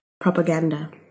propaganda